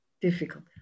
difficult